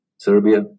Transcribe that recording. Serbia